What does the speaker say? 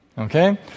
Okay